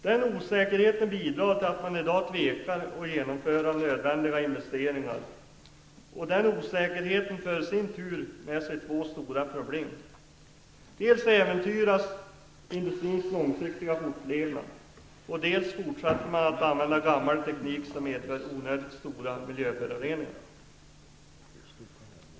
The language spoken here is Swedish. Den osäkerheten bidrar till att man i dag tvekar att genomföra nödvändiga investeringar, och det för i sin tur med sig två stora problem. Dels äventyras industrins långsiktiga fortlevnad, dels fortsätter man att använda gammal teknik som medför onödigt stora miljöföroreningar.